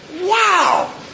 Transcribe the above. wow